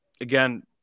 Again